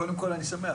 קודם כל אני שמח,